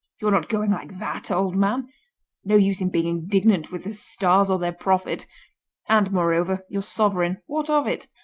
you're not going like that, old man no use in being indignant with the stars or their prophet and, moreover, your sovereign what of it?